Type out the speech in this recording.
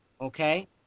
Okay